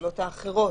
מהשאלות האחרות.